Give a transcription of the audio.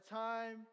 time